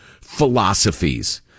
philosophies